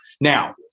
Now